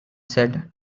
said